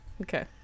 Okay